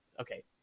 okay